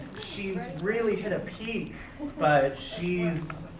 she really hit a peak, but she's,